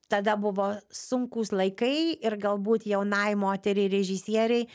tada buvo sunkūs laikai ir galbūt jaunai moteriai režisierei